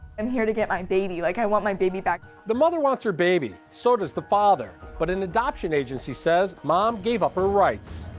i'm here to get my baby. like i want my baby back. kevin the mother wants her baby, so does the father. but an adoption agency said mom gave up her rights.